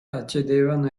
accedevano